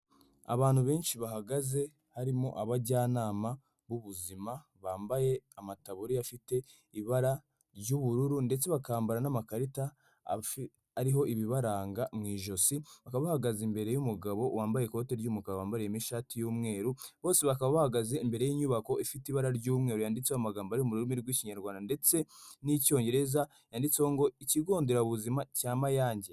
Abantu benshi bahagaze harimo abajyanama b'ubuzima bambaye amataburiya afite ibara ry'ubururu ndetse bakambara n'amakarita ariho ibibaranga mu ijosi bakaba bahagaze imbere y'umugabo wambaye ikoti ry'umugabo wambaye ishati y'umweru, bose bakaba bahagaze imbere y'inyubako ifite ibara ry'umweru yanditseho amagambo ari mu rurimi rw'Ikinyarwanda ndetse n'Icyongereza yanditseho ikigo nderabuzima cya Mayange.